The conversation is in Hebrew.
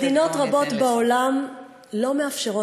בואי ניתן